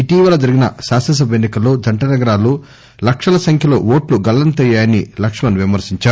ఇటీవల జరిగిన శాసన సభ ఎన్ని కల్లో జంట నగరాల్లో లక్షల సంఖ్యలో ఓట్లు గల్లంతయ్యాయని లక్ష్మణ్ విమర్పించారు